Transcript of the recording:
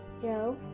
Joe